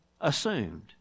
assumed